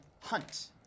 hunt